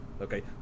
okay